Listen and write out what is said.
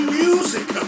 music